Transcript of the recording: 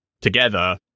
together